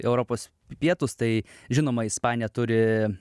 europos pietūs tai žinoma ispanija turi